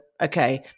okay